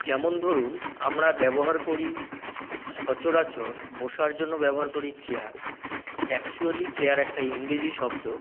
যেমন ধরুন আমরা ব্যবহার করি সচরাচর বসার জন্য ব্যবহার করি চেয়ার অ্যাকচুয়ালি চেয়ার একটা ইংরেজি শব্দ